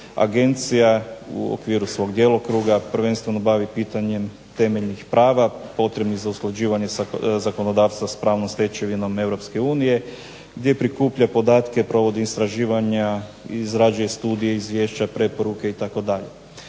agencija u okviru svog djelokruga prvenstveno bavi pitanjem temeljnih prava potrebnih za usklađivanje zakonodavstva s pravnom stečevinom Europske unije, gdje prikuplja podatke, provodi istraživanja, izrađuje studije, izvješća, preporuke itd.